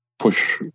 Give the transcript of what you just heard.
push